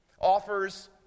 offers